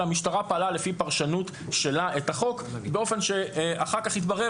המשטרה פעלה לפי פרשנות שלה את החוק באופן שאחר כך התברר